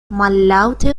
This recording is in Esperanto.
mallaŭte